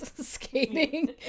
skating